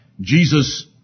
Jesus